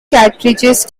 cartridge